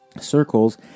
circles